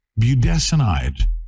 budesonide